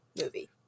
movie